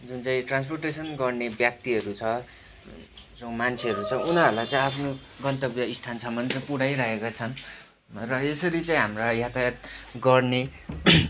जुन चाहिँ ट्रान्सपोर्टेसन गर्ने व्यक्तिहरू छ मान्छेहरू छ उनीहरूलाई चाहिँ आफ्नो गन्तव्य स्थानसम्म चाहिँ पुर्याइरहेका छन् र यसरी चाहिँ हाम्रा यातायात गर्ने